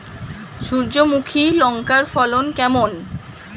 সূর্যমুখী লঙ্কার ফলন কেমন?